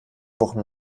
wochen